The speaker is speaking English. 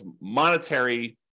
monetary